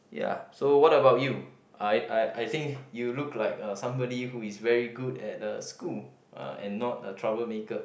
ya so what about you I I I think you look like uh somebody who is good at uh school uh and not a troublemaker